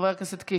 חבר הכנסת קיש,